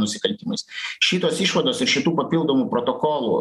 nusikaltimus šitos išvados ir šitų papildomų protokolų